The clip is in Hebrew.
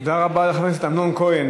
תודה רבה לחבר הכנסת אמנון כהן.